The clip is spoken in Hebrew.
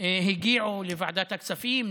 הגיעו לוועדת הכספים,